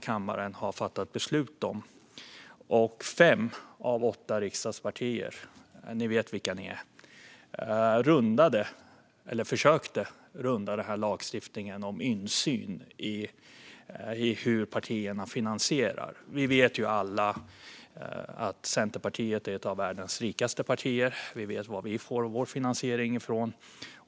Kammaren har fattat beslut om en lagstiftning, som fem av åtta partier - ni vet vilka ni är - försökte runda vad gäller insyn i hur partierna finansieras. Alla vet att Centerpartiet är ett av världens rikaste partier, och vi vet var vi får vår finansiering från.